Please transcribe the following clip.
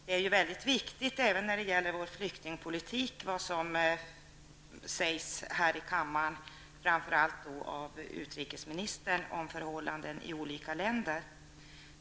Det som sägs här i kammaren är viktigt för vår flyktingpolitik, framför allt vad utrikesministern säger om förhållanden i olika länder.